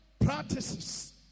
practices